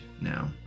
now